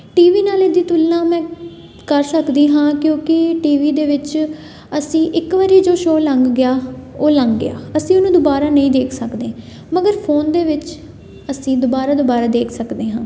T V ਨਾਲ ਇਹਦੀ ਤੁਲਨਾ ਮੈਂ ਕਰ ਸਕਦੀ ਹਾਂ ਕਿਉਂਕਿ ਟੀ ਵੀ ਦੇ ਵਿੱਚ ਅਸੀਂ ਇੱਕ ਵਾਰੀ ਜੋ ਸ਼ੋ ਲੰਘ ਗਿਆ ਉਹ ਲੰਘ ਗਿਆ ਅਸੀਂ ਉਹਨੂੰ ਦੁਬਾਰਾ ਨਹੀਂ ਦੇਖ ਸਕਦੇ ਮਗਰ ਫੋਨ ਦੇ ਵਿੱਚ ਅਸੀਂ ਦੁਬਾਰਾ ਦੁਬਾਰਾ ਦੇਖ ਸਕਦੇ ਹਾਂ